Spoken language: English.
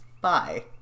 Bye